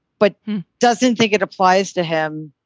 but doesn't think it applies to him.